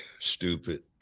Stupid